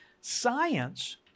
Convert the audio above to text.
Science